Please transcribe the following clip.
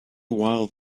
while